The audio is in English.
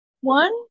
one